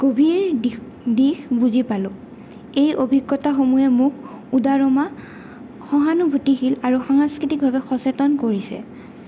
গভীৰ দিশ দিশ বুজি পালোঁ এই অভিজ্ঞতাসমূহে মোক উদাৰমা সহানুভূতিশীল আৰু সাংস্কৃতিকভাৱে সচেতন কৰিছে